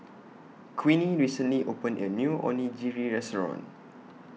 Queenie recently opened A New Onigiri Restaurant